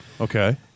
Okay